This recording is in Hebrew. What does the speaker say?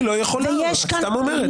היא לא יכולה, את סתם אומרת.